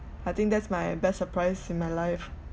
I think that's my best surprise in my life